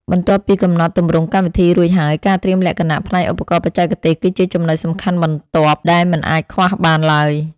បន្ទាប់ពីកំណត់ទម្រង់កម្មវិធីរួចហើយការត្រៀមលក្ខណៈផ្នែកឧបករណ៍បច្ចេកទេសគឺជាចំណុចសំខាន់បន្ទាប់ដែលមិនអាចខ្វះបានឡើយ។